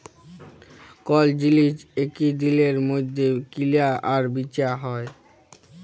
call জিলিস একই দিলের মইধ্যে কিলা আর বিচা হ্যয়